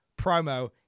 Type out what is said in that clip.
promo